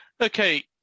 okay